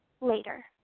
later